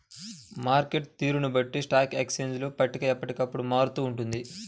market తీరును బట్టి stock exchange పట్టిక ఎప్పటికప్పుడు మారుతూ ఉంటుంది